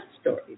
Stories